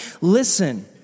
Listen